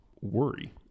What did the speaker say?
worry